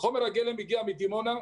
חומר הגלם הגיע מדימונה,